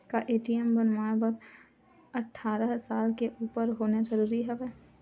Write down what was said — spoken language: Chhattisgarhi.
का ए.टी.एम बनवाय बर अट्ठारह साल के उपर होना जरूरी हवय?